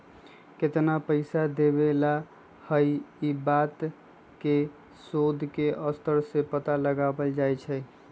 कितना पैसा देवे ला हई ई बात के शोद के स्तर से पता लगावल जा हई